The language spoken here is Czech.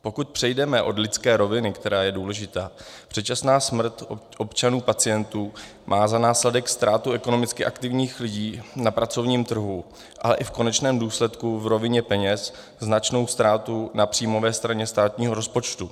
Pokud přejdeme od lidské roviny, která je důležitá, předčasná smrt občanů pacientů má za následek ztrátu ekonomicky aktivních lidí na pracovním trhu a i v konečném důsledku v rovině peněz značnou ztrátu na příjmové straně státního rozpočtu.